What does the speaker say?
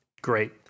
Great